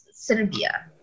Serbia